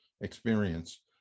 experience